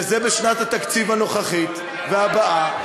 שזה בשנת התקציב הנוכחית והבאה,